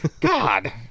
God